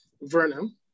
Vernon